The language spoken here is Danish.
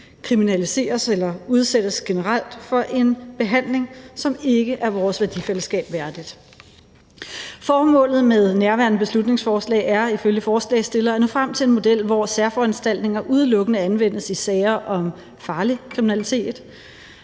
kriminaliseres eller udsættes generelt for en behandling, som ikke er vores værdifællesskab værdig. Formålet med nærværende beslutningsforslag er ifølge forslagsstillerne at nå frem til en model, hvor særforanstaltninger udelukkende anvendes i sager om farlig kriminalitet,